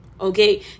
okay